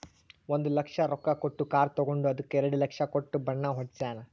ಒಂದ್ ಲಕ್ಷ ರೊಕ್ಕಾ ಕೊಟ್ಟು ಕಾರ್ ತಗೊಂಡು ಅದ್ದುಕ ಎರಡ ಲಕ್ಷ ಕೊಟ್ಟು ಬಣ್ಣಾ ಹೊಡ್ಸ್ಯಾನ್